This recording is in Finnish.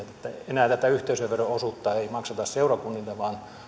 enää tätä yhteisövero osuutta ei makseta seurakunnille vaan on